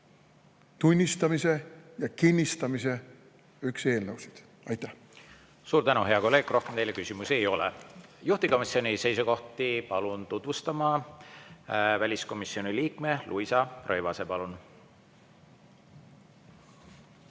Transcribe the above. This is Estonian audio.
tunnistamise ja kinnistamise eelnõusid. Suur tänu, hea kolleeg! Rohkem teile küsimusi ei ole. Juhtivkomisjoni seisukohti palun tutvustama väliskomisjoni liikme Luisa Rõivase. Palun!